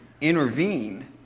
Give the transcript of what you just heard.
intervene